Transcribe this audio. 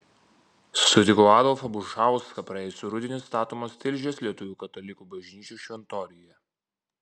sutikau adolfą bušauską praėjusį rudenį statomos tilžės lietuvių katalikų bažnyčios šventoriuje